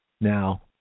Now